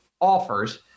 offers